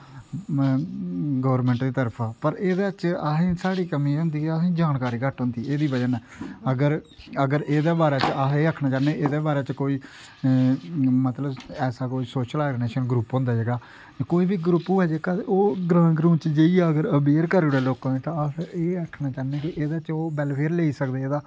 government दी तरफ पर एह्दे च असेंगी साढ़ी कमी ऐ होंदी ऐ जानकारी घट्ट होंदी एह्दी बज़ाह् नै अगर अगर एह्दे बारे च अस एह् आखना चाह्न्ने एहदे बारे च कोई मतलब ऐसा कोई सोशल आर्गनाजेशन ग्रुप होंदा जेह्ड़ा कोई बी ग्रुप होऐ जेह्का ते ओह् ग्रांऽ ग्रूं च जाइयै अगर अवेयर करी ओड़ै लोकें गी ते अस एह् आखनां चाह्न्ने कि एहदे च ओह् बैल्लफेयर लेई सकदे ओह्दा